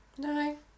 No